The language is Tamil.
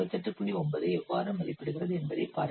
9 ஐ எவ்வாறு மதிப்பிடுகிறது என்பதைப் பாருங்கள்